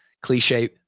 cliche